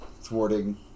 thwarting